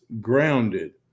grounded